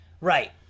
Right